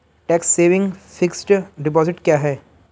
Tax saving fixed deposit क्या है?